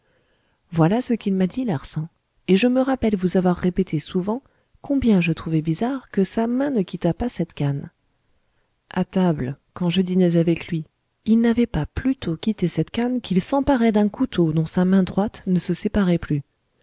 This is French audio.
voilà ce qu'il m'a dit larsan et je me rappelle vous avoir répété souvent combien je trouvais bizarre que sa main ne quittât pas cette canne à table quand je dînais avec lui il n'avait pas plutôt quitté cette canne qu'il s'emparait d'un couteau dont sa main droite ne se séparait plus